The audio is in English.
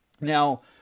Now